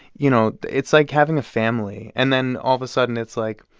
you know, it's like having a family. and then all of a sudden, it's like,